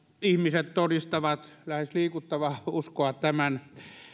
ihmiset todistavat lähes liikuttavaa uskoa tämän